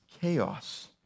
chaos